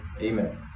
Amen